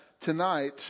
tonight